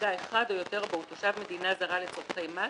שליטה אחד או יותר בה הוא תושב מדינה זרה לצרכי מס,